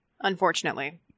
unfortunately